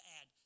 add